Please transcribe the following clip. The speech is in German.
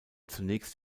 zunächst